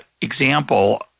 example –